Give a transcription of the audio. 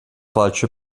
falsche